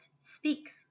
speaks